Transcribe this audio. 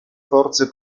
forze